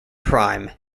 prime